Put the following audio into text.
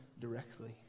directly